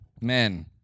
Men